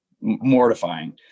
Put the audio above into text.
mortifying